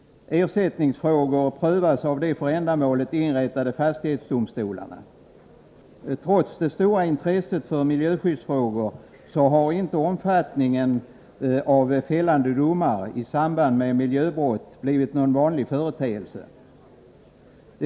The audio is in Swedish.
Ersättningsfrågor prövas av de för ändamålet inrättade fastighetsdomstolarna. Trots det stora intresset för miljöskyddsfrågor har inte fällande domar i samband med miljöbrott blivit någon vanlig företeelse.